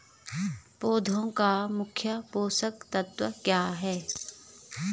पौधें का मुख्य पोषक तत्व क्या है?